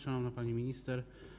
Szanowna Pani Minister!